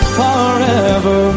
forever